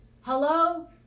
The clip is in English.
hello